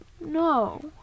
No